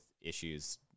issues